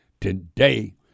today